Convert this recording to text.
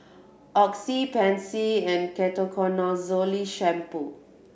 Oxy Pansy and Ketoconazole Shampoo